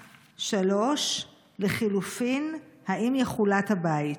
3. לחלופין, האם יחולט הבית?